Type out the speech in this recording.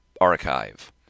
archive